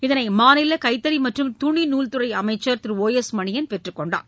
இதனைமாநிலகைத்தறிமற்றும் துணி நூல் துறைஅமைச்சர் திரு ஒ எஸ் மணியன் பெற்றுக்கொண்டார்